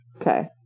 Okay